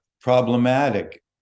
problematic